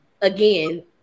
again